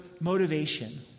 motivation